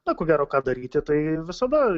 na ko gero ką daryti tai visada